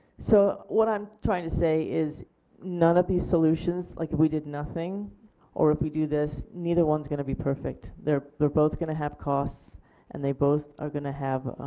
so what i am trying to say is none of these solutions, like if we did nothing or if we do this. neither one is going to be perfect. they are are both going to have costs and they both are going to have